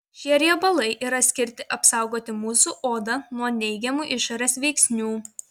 šie riebalai yra skirti apsaugoti mūsų odą nuo neigiamų išorės veiksnių